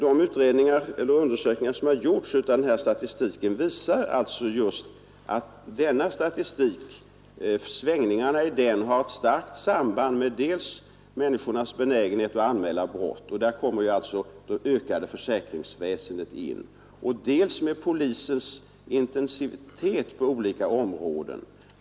De undersökningar som har gjorts av den här statistiken visar just att svängningarna i den har ett starkt samband med dels människornas benägenhet att anmäla brott — och där kommer alltså det utökade försäkringsväsendet in —, dels med polisens intensivitet på olika områden.